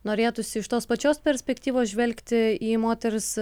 norėtųsi iš tos pačios perspektyvos žvelgti į moters